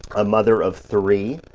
a mother of three.